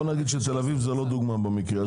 בוא נגיד שתל-אביב היא לא דוגמה במקרה הזה.